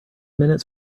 minutes